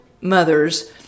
Mothers